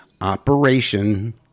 operation